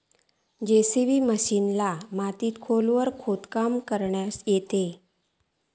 JCB मशिनीन मातीत खोलवर खोदकाम करुक येता